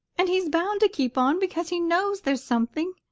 and he's bound to keep on because he knows there's something.